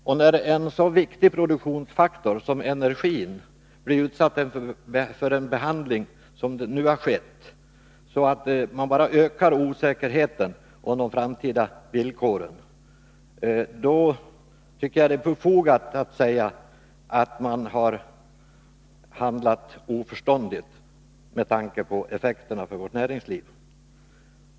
Och när en så viktig produktionsfaktor som energin blir utsatt för en sådan behandling som nu skett, så att osäkerheten om de framtida villkoren bara ökar, då tycker jag det är befogat att säga att man har handlat oförståndigt med tanke på effekterna för vårt näringsliv.